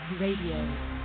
Radio